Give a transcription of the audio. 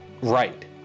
Right